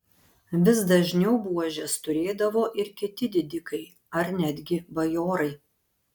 vis dažniau buožes turėdavo ir kiti didikai ar netgi bajorai